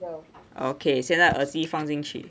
okay 现在耳机放进去